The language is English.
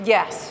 Yes